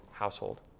household